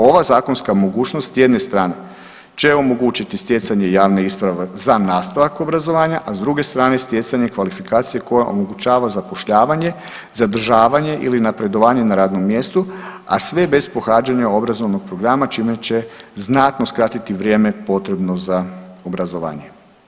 Ova zakonska mogućnost s jedne strane će omogućiti stjecanje javne isprave za nastavak obrazovanja, a s druge strane stjecanje kvalifikacije koja omogućava zapošljavanje, zadržavanje ili napredovanje na radnom mjestu, a sve bez pohađanja obrazovnog programa čime će znatno skratiti vrijeme potrebno za obrazovanje.